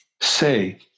say